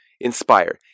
Inspire